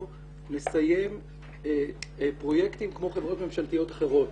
נסיים פרויקטים כמו חברות ממשלתיות אחרות.